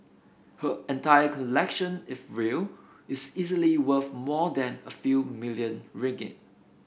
her entire collection if real is easily worth more than a few million ringgit